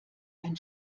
ein